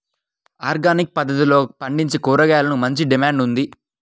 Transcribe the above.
organic పద్దతిలో పండించే కూరగాయలకు మంచి డిమాండ్ ఉంది